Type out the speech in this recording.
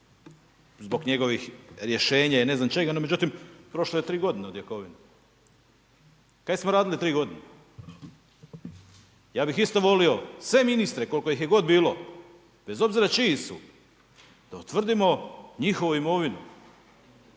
zbog njegovih rješenja i ne znam čega, no međutim, prošlo je 3 godine od Jakovine. Kaj smo radili 3 godine? Ja bih isto volio sve ministre, koliko ih je god bilo, bez obzira čiji su, da utvrdimo njihovu imovinu,